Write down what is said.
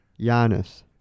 Giannis